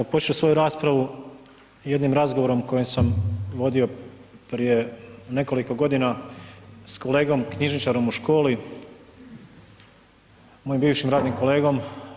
Početi ću svoju raspravu jednim razgovorom koji sam vodio prije nekoliko godina sa kolegom knjižničarem u školi, mojim bivšim radnim kolegom.